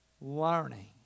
Learning